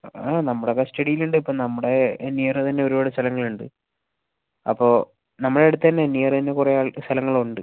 ആ നമ്മുടെ കസ്റ്റഡിയിൽ ഉണ്ട് ഇപ്പം നമ്മടെ നിയർ തന്നെ ഒരുപാട് സ്ഥലങ്ങൾ ഉണ്ട് അപ്പം നമ്മള അടുത്ത നിയർ തന്നെ കുറേ സ്ഥലങ്ങൾ ഉണ്ട്